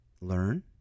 learn